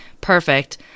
Perfect